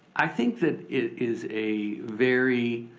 i think that it is a very,